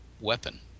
weapon